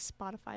Spotify